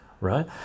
Right